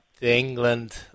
England